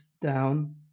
down